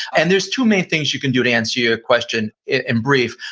and there's too many things you can do to answer your question in brief,